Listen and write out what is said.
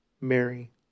Mary